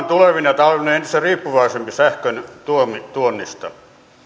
tulevina talvina entistä riippuvaisempi sähköntuonnista